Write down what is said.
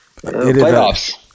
Playoffs